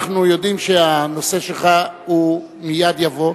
אנחנו יודעים שהנושא שלך מייד יבוא.